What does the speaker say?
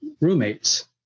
roommates